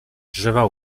drzewa